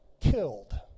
killed